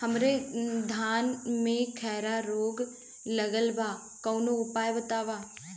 हमरे धान में खैरा रोग लगल बा कवनो उपाय बतावा?